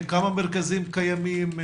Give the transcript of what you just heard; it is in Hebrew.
כמה מרכזים קיימים?